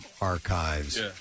archives